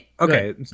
okay